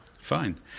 Fine